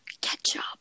Ketchup